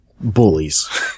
bullies